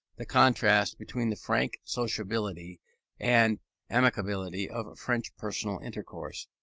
the contrast between the frank sociability and amiability of french personal intercourse,